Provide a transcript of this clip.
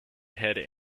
head